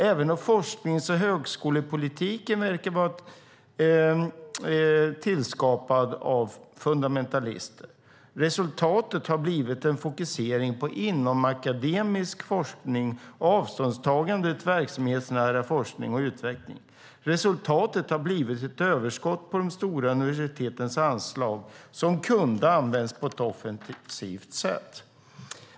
Även forsknings och högskolepolitiken verkar vara tillskapad av fundamentalister. Resultatet har blivit en fokusering på inomakademisk forskning och avståndstagande från verklighetsnära forskning och utveckling. Resultatet har blivit ett överskott på de stora universitetens anslag som kunde ha använts på ett offensivt sätt.